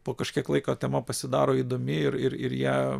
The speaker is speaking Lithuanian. po kažkiek laiko tema pasidaro įdomi ir ir ją